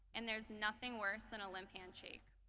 and there's nothing worse than a limp handshake.